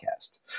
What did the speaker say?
podcast